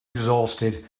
exhausted